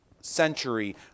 century